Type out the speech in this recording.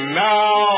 now